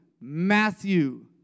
Matthew